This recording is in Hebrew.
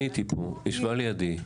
היא ישבה לידי,